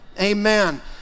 Amen